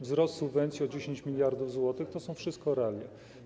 Wzrost subwencji o 10 mld zł to są wszystko realia.